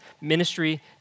ministry